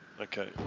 Okay